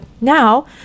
now